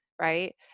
Right